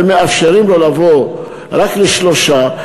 ומאפשרים רק לשלושה לבוא.